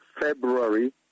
February